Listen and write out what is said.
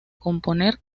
componer